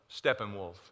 Steppenwolf